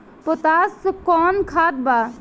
Potash कोउन खाद बा?